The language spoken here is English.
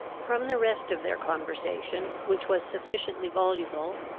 from the rest of their conversation, which was sufficiently voluble,